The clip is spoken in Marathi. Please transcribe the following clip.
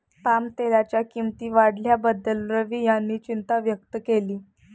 पामतेलाच्या किंमती वाढल्याबद्दल रवी यांनी चिंता व्यक्त केली